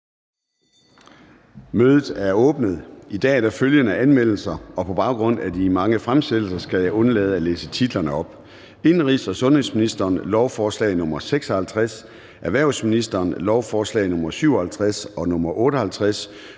Mødet er åbnet. I dag er der følgende anmeldelser, og på baggrund af de mange fremsættelser skal jeg undlade at læse titlerne op: Indenrigs- og sundhedsministeren (Sophie Løhde): Lovforslag nr. L 56